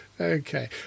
Okay